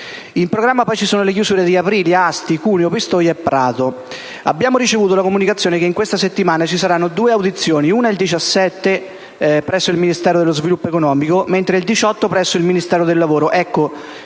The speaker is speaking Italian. In programma ci sono poi le chiusure di Aprilia, Asti, Cuneo, Pistoia e Prato. Abbiamo ricevuto la comunicazione che in questa settimana ci saranno due audizioni: il 17 presso il Ministero dello sviluppo economico e il 18 presso il Ministero del lavoro.